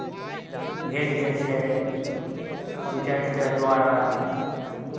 भेज दै छै पञ्चायतके द्वारा